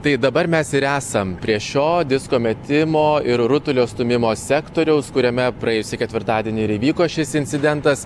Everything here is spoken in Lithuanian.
tai dabar mes ir esam prie šio disko metimo ir rutulio stūmimo sektoriaus kuriame praėjusį ketvirtadienį ir įvyko šis incidentas